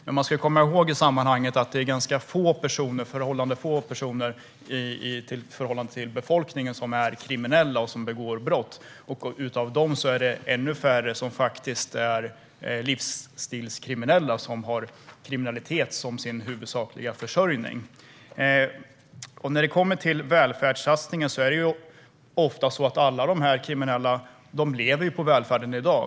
Men man ska i sammanhanget komma ihåg att det är ganska få personer i förhållande till befolkningen som är kriminella och som begår brott, och av dem är det ännu färre som faktiskt är livsstilskriminella och som alltså har kriminalitet som sin huvudsakliga försörjning. När det kommer till välfärdssatsningen lever nästan alla dessa kriminella på välfärden i dag.